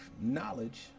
knowledge